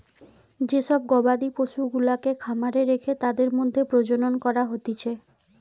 যে সব গবাদি পশুগুলাকে খামারে রেখে তাদের মধ্যে প্রজনন করা হতিছে